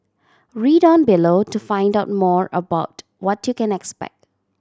read on below to find out more about what you can expect